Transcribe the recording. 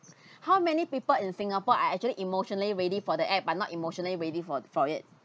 how many people in singapore are actually emotionally ready for the act but not emotionally ready for for it